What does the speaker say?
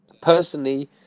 personally